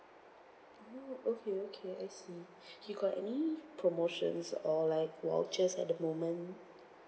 oh okay okay I see you got any promotions or like vouchers at the moment